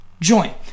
join